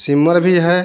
same भी है